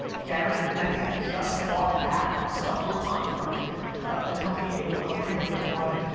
garrett i think just bought back stumbleupon from the company aol. i can't remember who bought it.